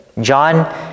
John